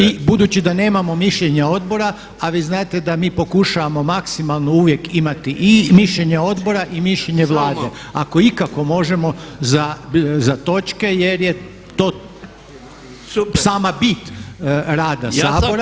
I budući da nemamo mišljenja odbora a vi znate da mi pokušavamo maksimalno uvijek imati i mišljenje odbora i mišljenje Vlade ako ikako možemo za točke jer je to sama bit rada Sabora.